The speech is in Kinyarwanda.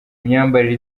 imyambarire